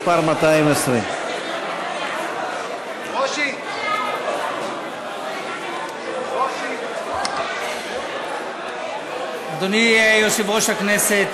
מס' 220. אדוני יושב-ראש הכנסת,